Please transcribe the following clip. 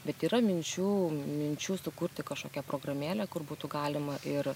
bet yra minčių minčių sukurti kažkokią programėlę kur būtų galima ir